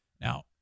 Now